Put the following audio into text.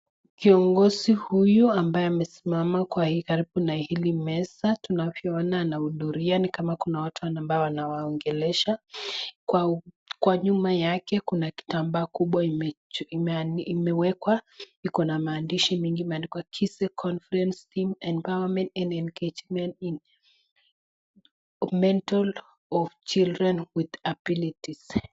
Kiongozi huyu ambaye amesimama kwa hii karibu na hii meza tunavyoona anahudhuria ni kama kuna watu ambao anawaongelesha kwa nyuma yake kuna kitambaa kubwa imewekwa iko na maandishi mengi imeandikwa KISE conference, theme empowerment and engagement in mental of children with disabilities.